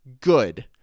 good